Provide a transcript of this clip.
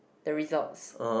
the results